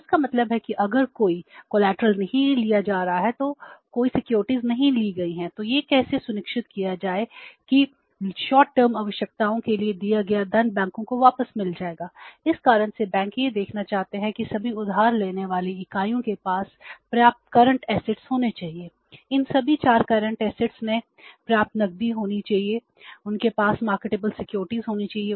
तो इसका मतलब है कि अगर कोई संपार्श्विक होने चाहिए